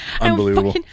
unbelievable